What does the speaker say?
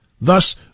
Thus